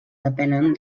depenen